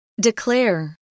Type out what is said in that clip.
Declare